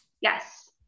Yes